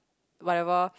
whatever